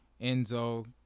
Enzo